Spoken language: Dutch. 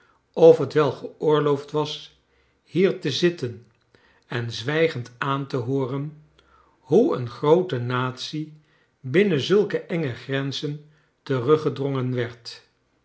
of het wel geoorloofd was hier te zitten en zwijgend aan te hooren hoe een groote natie binnen zulke enge grenzen teruggedrongen werd